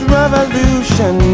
revolution